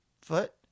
foot